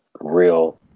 real